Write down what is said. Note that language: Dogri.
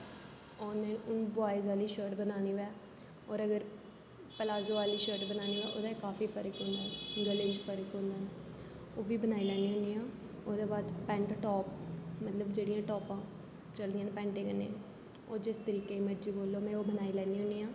ओह् होंदे ना हून बुआएज आहली शर्ट बनानी होऐ और अगर पलायो आहली शर्ट बनानी होऐ ओहदा इक काफी फर्क होंदा गले च फर्क होंदा ओहबी बनाई लेनी होन्नी आं ओह्दे बाद पैंट टाप मतलब जेहडि़यां टाप चलदियां ना पेंटे कन्नै ओह् जिस तरिके दी मर्जी बोल्लो में ओह् बनाई लैन्नी आं